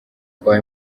kwa